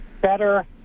better